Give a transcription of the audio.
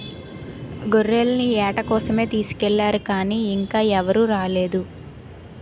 గొర్రెల్ని ఏట కోసమే తీసుకెల్లారు గానీ ఇంకా ఎవరూ రాలేదు